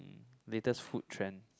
latest food trend